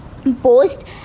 post